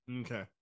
okay